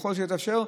ככל שהתאפשר,